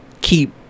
keep